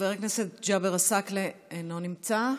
חבר הכנסת ג'אבר עסאקלה, אינו נמצא,